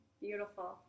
Beautiful